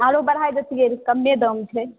आरो बढ़ा देतियै रऽ कमे दाम छै